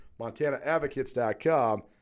MontanaAdvocates.com